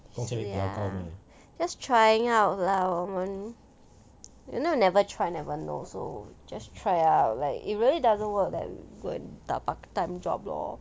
是 ah just trying out lah 我们 you know never try never know so just try out like it really doesn't work then go and 打 part time job lor